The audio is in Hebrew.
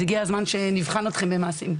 אז הגיע הזמן שנבחן אתכם במעשים.